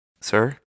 sir